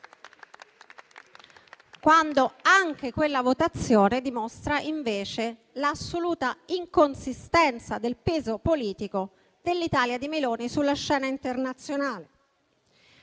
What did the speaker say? quando anche quella votazione dimostra invece l'assoluta inconsistenza del peso politico dell'Italia di Meloni sulla scena internazionale.